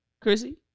Chrissy